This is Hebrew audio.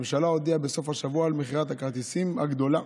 הממשלה הודיעה בסוף השבוע על מכירת הכרטיסים הגדולה,